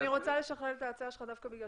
אני רוצה לשכלל את ההצעה שלך דווקא משום